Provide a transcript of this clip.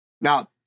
Now